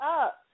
up